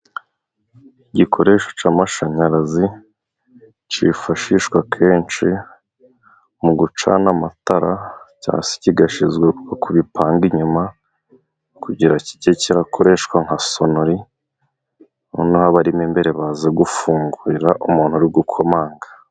Igikoresho cy'amashanyarazi kifashishwa kenshi mu gucana amatara cyangwa se kigashyirwa ku bipangu inyuma kugira kijye gikoreshwa nka sonori. Noneho abarimo imbere baze gufungurira umuntu uri gukomanga.